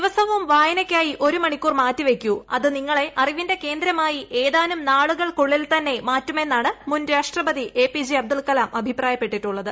ദിവസവും വായനയ്ക്കായി ഒരു മണിക്കൂർ മാറ്റി വയ്ക്കൂ അത് നിങ്ങളെ അറിവിന്റെ കേന്ദ്രമായി ഏതാനും ് നാളുകൾക്കുള്ളിൽ തന്നെ മാറ്റുമെന്നാണ് മുൻ രാഷ്ട്രപതി എപിജെ അബ്ദുൽ കലാം അഭിപ്രായപ്പെട്ടിട്ടുള്ളത്